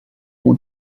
want